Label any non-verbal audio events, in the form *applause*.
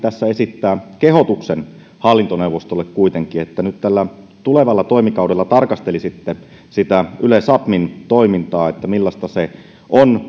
*unintelligible* tässä esittää kehotuksen hallintoneuvostolle että nyt tällä tulevalla toimikaudella tarkastelisitte sitä yle sapmin toimintaa millaista se on *unintelligible*